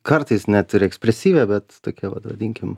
kartais net ir ekspresyvią bet tokią vadinkim